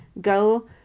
Go